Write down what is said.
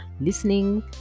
listening